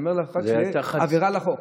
ואני אומר לך שזאת תהיה עבירה על החוק.